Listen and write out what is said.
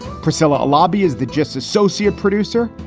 priscilla lobby is the just associate producer.